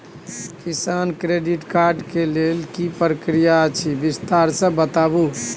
किसान credit card के लेल की प्रक्रिया अछि विस्तार से बताबू?